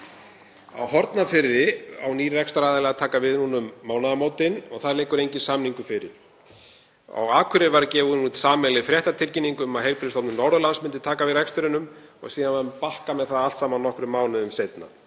Á Hornafirði á nýr rekstraraðili að taka við núna um mánaðamótin og þar liggur enginn samningur fyrir. Á Akureyri var gefin út sameiginleg fréttatilkynning um að Heilbrigðisstofnun Norðurlands myndi taka við rekstrinum og síðan var bakkað með það allt saman nokkrum mánuðum seinna.